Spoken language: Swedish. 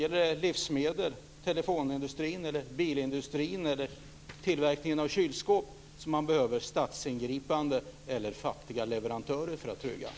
Behövs det ett statsingripande eller fattiga leverantörer när det gäller livsmedel, telefonindustrin, bilindustrin eller tillverkningen av kylskåp?